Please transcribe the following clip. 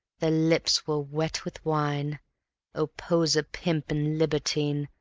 their lips were wet with wine oh poseur, pimp and libertine!